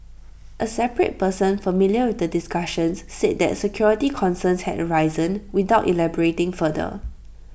A separate person familiar with the discussions said that security concerns had arisen without elaborating further